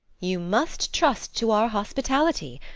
you must trust to our hospitality.